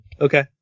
Okay